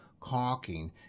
caulking